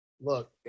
Look